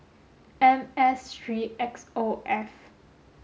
M S three X O F